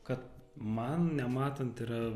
kad man nematant yra